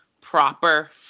proper